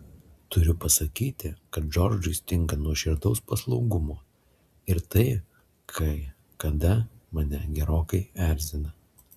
turiu pasakyti kad džordžui stinga nuoširdaus paslaugumo ir tai kai kada mane gerokai erzina